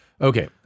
Okay